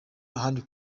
ahandi